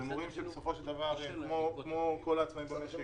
הם כמו כל העצמאים במשק